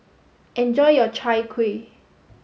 enjoy your Chai Kuih